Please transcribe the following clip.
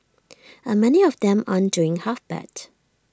and many of them aren't doing half bad